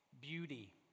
beauty